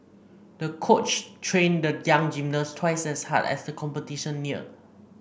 the coach trained the young gymnast twice as hard as the competition neared